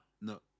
No